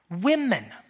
Women